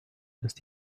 ist